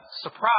surprise